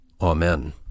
Amen